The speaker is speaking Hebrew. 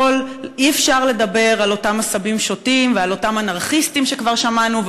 אי-אפשר לדבר על אותם עשבים שוטים ועל אותם אנרכיסטים כפי שכבר שמענו,